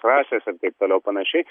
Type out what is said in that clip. rasės ir taip toliau panašiai